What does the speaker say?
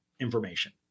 information